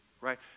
Right